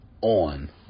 on